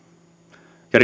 ja